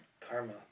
Karma